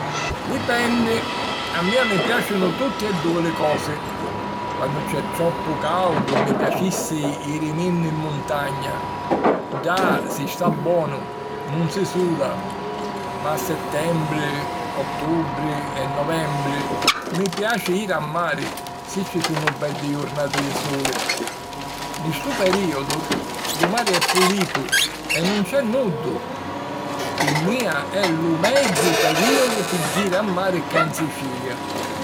Dipenni. A mia mi piàcinu tutti e dui li cosi. Quannu c'è troppu càudu, mi piacissi jiriminni 'n muntagna; ddà si sta bonu, nun si suda. Ma a settembri, ottubri e novembri mi piaci jiri a mari, si ci sunnu beddi jurnati di suli. Nni stu perìodu, lu mari è pulitu e nun c'è nuddu. Pi mia è lu megghiu perìodu pi jiri a mari cca in Sicilia.